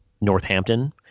Northampton